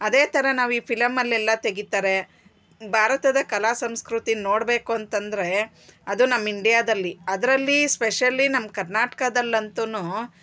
ಅದೆ ಥರ ನಾವು ಈ ಫಿಲಮಲ್ಲೆಲ್ಲ ತೆಗಿತಾರೆ ಭಾರತದ ಕಲಾ ಸಂಸ್ಕೃತಿ ನೋಡಬೇಕು ಅಂತಂದರೆ ಅದು ನಮ್ಮ ಇಂಡಿಯಾದಲ್ಲಿ ಅದರಲ್ಲೀ ಸ್ಪೆಷಲಿ ನಮ್ಮ ಕರ್ನಾಟಕದಲ್ಲಂತು